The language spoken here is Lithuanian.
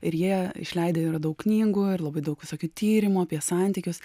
ir jie išleidę yra daug knygų ir labai daug visokių tyrimų apie santykius